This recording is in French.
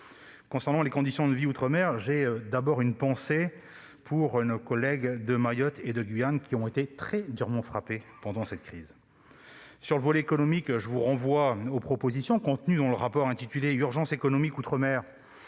Concernant les « Conditions de vie outre-mer », j'ai tout d'abord une pensée particulière pour nos collègues de Mayotte et la Guyane, qui ont été durement frappées durant la crise. Sur le volet économique, je vous renvoie aux propositions contenues dans le rapport intitulé « Urgence économique outre-mer à